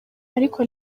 ariko